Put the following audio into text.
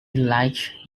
like